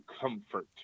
comfort